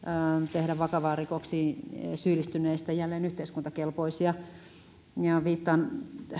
tehdä vakaviin rikoksiin syyllistyneistä jälleen yhteiskuntakelpoisia viittaan